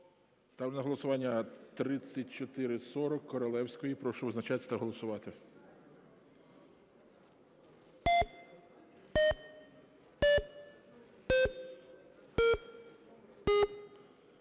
Ставлю на голосування 3440 Королевської. Прошу визначатися та голосувати.